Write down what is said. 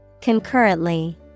Concurrently